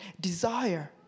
desire